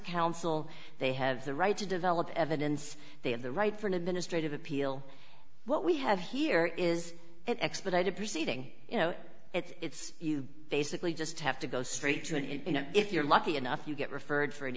counsel they have the right to develop evidence they have the right for an administrative appeal what we have here is an expedited proceeding you know it's basically just have to go straight to a you know if you're lucky enough you get referred for an